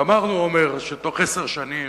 גמרנו אומר שבתוך עשר שנים